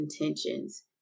intentions